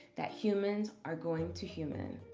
that humans are going to human.